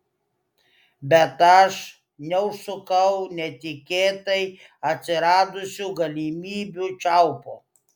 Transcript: bet aš neužsukau netikėtai atsiradusių galimybių čiaupo